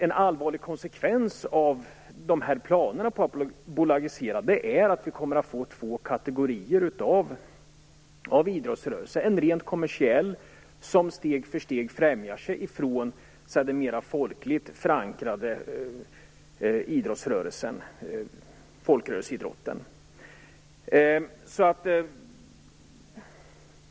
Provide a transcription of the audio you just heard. En allvarlig konsekvens av planerna att bolagisera är att vi kommer att få två kategorier av idrottsrörelse, en rent kommersiell idrottsrörelse som steg för steg fjärmar sig från den mer folkligt förankrade och folkrörelseidrotten.